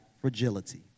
Fragility